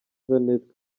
jeanette